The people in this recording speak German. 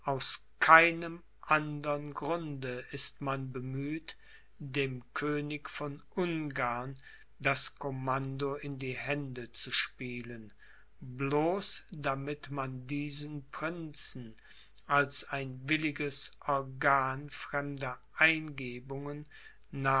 aus keinem andern grunde ist man bemüht dem könig von ungarn das commando in die hände zu spielen bloß damit man diesen prinzen als ein williges organ fremder eingebungen